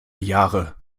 jahre